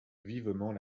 vivement